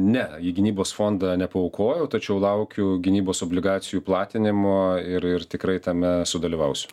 ne į gynybos fondą nepaaukojau tačiau laukiu gynybos obligacijų platinimo ir ir tikrai tame sudalyvausiu